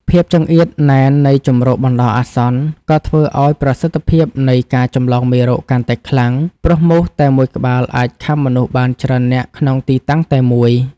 ភាពចង្អៀតណែននៃជម្រកបណ្តោះអាសន្ន ក៏ធ្វើឱ្យប្រសិទ្ធភាពនៃការចម្លងមេរោគកាន់តែខ្លាំង ព្រោះមូសតែមួយក្បាលអាចខាំមនុស្សបានច្រើននាក់ក្នុងទីតាំងតែមួយ។